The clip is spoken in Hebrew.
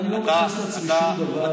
אני לא מייחס לעצמי שום דבר,